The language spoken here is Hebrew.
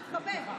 התחבא.